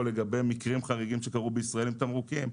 לגבי מקרים חריגים שקרו בישראל עם תמרוקים,